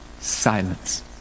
Silence